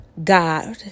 God